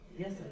Yes